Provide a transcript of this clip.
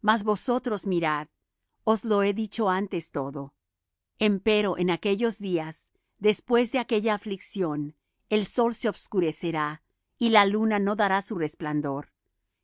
mas vosotros mirad os lo he dicho antes todo empero en aquellos días después de aquella aflicción el sol se obscurecerá y la luna no dará su resplandor